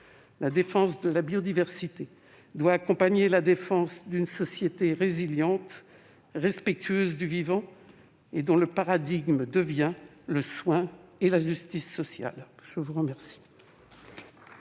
La défense de la biodiversité doit accompagner la défense d'une société résiliente, respectueuse du vivant, dont le paradigme devient le soin et la justice sociale. La parole